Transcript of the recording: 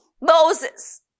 Moses